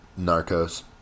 Narcos